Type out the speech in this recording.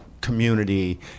community